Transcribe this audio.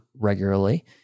regularly